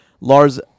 Lars